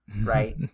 right